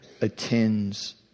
attends